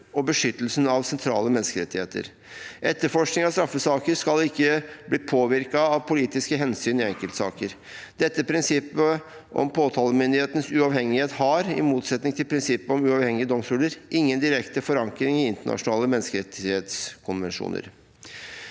og beskyttelsen av sentrale menneskerettigheter. Etterforskning av straffesaker skal ikke bli påvirket av politiske hensyn i enkeltsaker. Dette prinsippet om påtalemyndighetens uavhengighet har, i motsetning til prinsippet om uavhengige domstoler, ingen direkte forankring i internasjonale menneskerettighetskonvensjoner.»